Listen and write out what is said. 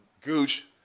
Gooch